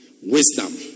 wisdom